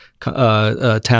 town